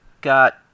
got